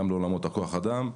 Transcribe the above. גם לעולמות כוח אדם.